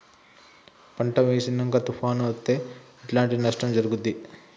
పంట వేసినంక తుఫాను అత్తే ఎట్లాంటి నష్టం జరుగుద్ది?